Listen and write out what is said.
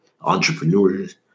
entrepreneurs